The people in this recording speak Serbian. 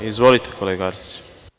Izvolite, kolega Arsiću.